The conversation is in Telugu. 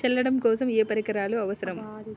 చల్లడం కోసం ఏ పరికరాలు అవసరం?